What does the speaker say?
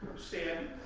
said